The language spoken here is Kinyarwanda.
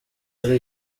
ari